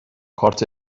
کارت